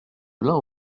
l’un